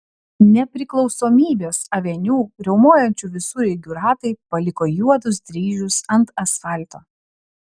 nepriklausomybės aveniu riaumojančių visureigių ratai paliko juodus dryžius ant asfalto